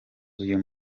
uyu